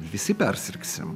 visi persirgsim